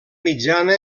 mitjana